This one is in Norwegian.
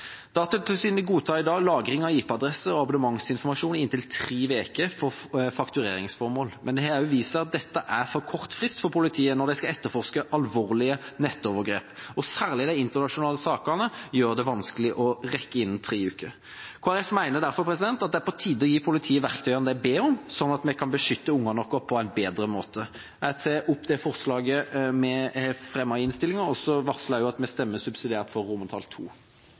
Datatilsynet godtar i dag lagring av IP-adresser og abonnementsinformasjon i inntil tre uker av faktureringsformål. Men det har vist seg at dette er for kort frist for politiet når de skal etterforske alvorlige nettovergrep. Særlig de internasjonale sakene gjør det vanskelig å rekke det innen tre uker. Kristelig Folkeparti mener derfor at det er på tide å gi politiet de verktøyene de ber om, slik at vi kan beskytte ungene våre på en bedre måte. Jeg tar opp det forslaget vi har fremmet i innstillingen, og varsler at vi kommer til å stemme subsidiært for